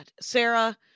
Sarah